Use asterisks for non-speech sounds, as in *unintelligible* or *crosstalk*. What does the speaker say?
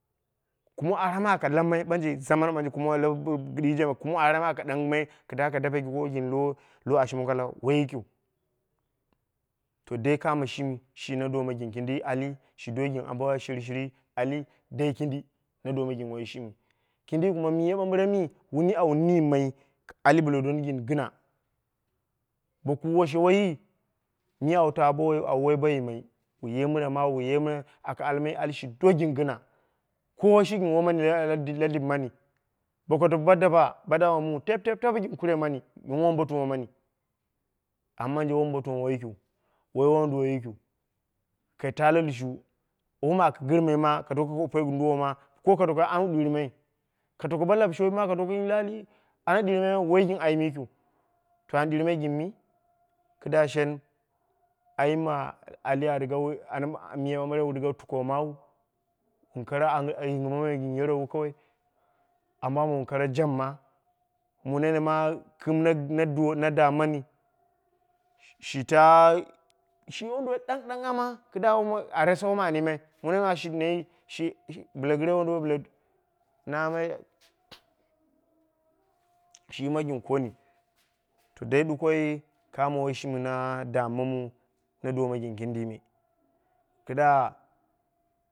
Kumo ara mi aka lammai ɓanje zaman ɓanje kidije, kumo ara mi aka dingimai kida ka dape lo ashi mongo woi yikiu. Dai kamo shimi, shi nma doma gin kindi ali, shi do gin ambo shiri shiri, ali dai kindi na doma gin wayi shimi. Kindi kuma miya ɓambireni au nimma ali bla doni gin gɨna. Boku washe woyi, miya au ta, wai bo yimai wu ye mira mawu, wu ye mi, aka alm ai ali shi do gin gɨna, kowa shi gin womani la lip mani. Boku doku bo da wa, bo dawa mamu tep tep tep gin kure mani, gin wombotuma mani. Amma ɓanje wombotuma wai yikiu woi wonduwoi yikiu kaita la lushu, wom aka girmai ma ka doko wupe gin lowo ma, ko ka doko au ɗirimaiyu. Ka doko bo lau showi kma ka doko la'ali, ana ɗiri mai woi gin ayim yikiu. To an ɗirimai gin mi? Kida shen ayim ma ali a rige wu tuke womawu. Wun kara yingima mai gin yerowu kawai. Ambo ambo wun kara jabima. Mu nene ma kɨm na dammani, shi ta shi wai wonduwoi ɗangɗanghama, kida a ratse wom an yimai *unintelligible* shima gin koni, to dai dukoi, kamo woyi shimi na dammamu na doma gin kindi me. Kida.